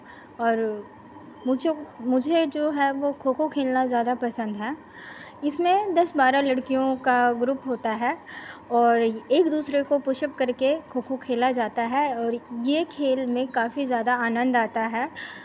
और मुझे मुझे जो है वो खो खो खेलना ज़्यादा पसंद है इसमें दस बारह लड़कियों का ग्रुप होता है और एक दूसरे को पुशअप करके खो खो खेला जाता है और ये खेल में काफी ज़्यादा आनंद आता है